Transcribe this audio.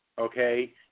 okay